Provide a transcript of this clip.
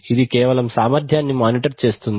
ఇది కేవలం సామర్ధ్యాన్ని మానిటర్ చేస్తుంది